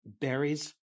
berries